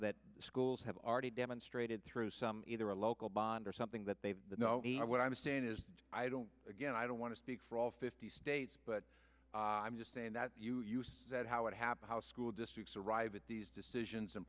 that schools have already demonstrated through some either a local bond or something that they know what i'm saying is i don't again i don't want to speak for all fifty states but i'm just saying that if you use that how it happened how school districts arrive at these decisions and